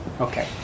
Okay